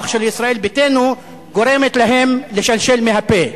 של ישראל ביתנו גורמת להם לשלשל מהפה.